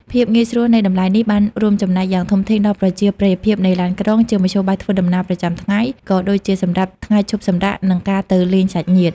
ភាពងាយស្រួលនៃតម្លៃនេះបានរួមចំណែកយ៉ាងធំធេងដល់ប្រជាប្រិយភាពនៃឡានក្រុង ជាមធ្យោបាយធ្វើដំណើរប្រចាំថ្ងៃ ក៏ដូចជាសម្រាប់ថ្ងៃឈប់សម្រាក និងការទៅលេងសាច់ញាតិ។